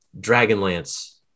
Dragonlance